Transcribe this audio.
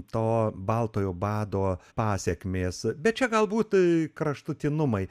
to baltojo bado pasekmės bet čia galbūt kraštutinumai